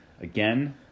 again